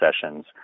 sessions